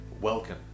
Welcome